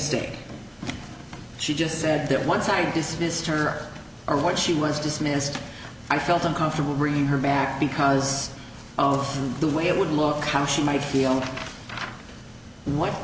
stick she just said that once i dismissed her or what she was dismissed i felt uncomfortable bringing her back because of the way it would look how she might feel what